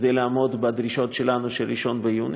כדי לעמוד בדרישות שלנו, של 1 ביוני.